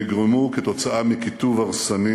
שנגרמו כתוצאה מקיטוב הרסני,